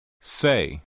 Say